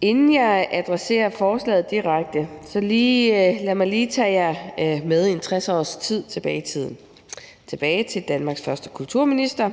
inden jeg adresserer forslaget direkte, tage jer med en 60 års tid tilbage i tiden til Danmarks første kulturminister,